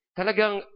Talagang